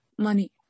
Money